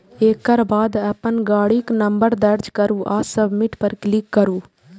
एकर बाद अपन गाड़ीक नंबर दर्ज करू आ सबमिट पर क्लिक करू